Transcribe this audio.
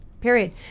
period